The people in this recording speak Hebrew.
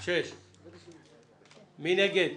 6 נגד,